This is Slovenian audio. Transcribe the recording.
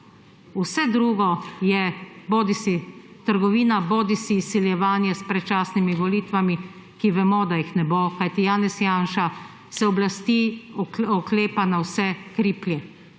Vse drugo je bodisi trgovina bodisi izsiljevanje s predčasnimi volitvami, ki vemo, da jih ne bo, kajti Janez Janša se oblasti oklepa na vse kriplje.